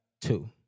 two